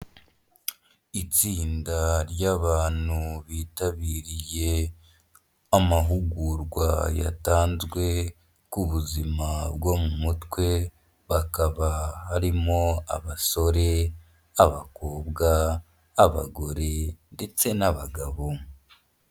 Itsinda ry'abantu bitabiriye amahugurwa yatanzwe ku buzima bwo mu mutwe, hakaba harimo abasore, abakobwa, abagore ndetse n'abagabo.